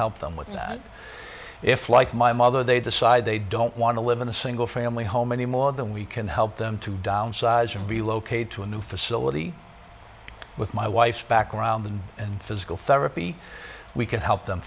help them with that if like my mother they decide they don't want to live in a single family home any more than we can help them to downsize and relocate to a new facility with my wife's background and physical therapy we can help them